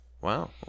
Wow